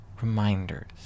reminders